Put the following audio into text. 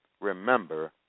Remember